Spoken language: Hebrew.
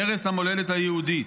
ערש המולדת היהודית.